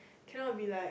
cannot be like